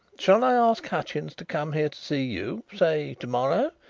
shall i ask hutchins to come here to see you say to-morrow?